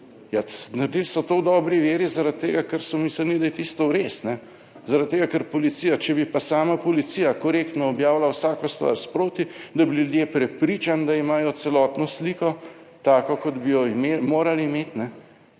naredili so to v dobri veri, zaradi tega, ker so mislili, da je tisto res. Zaradi tega, če policija bi pa sama policija korektno objavila vsako stvar sproti, da bi ljudje prepričani, da imajo celotno sliko tako, kot bi jo imeli, morali imeti